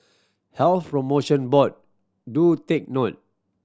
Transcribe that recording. Health Promotion Board do take note